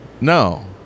No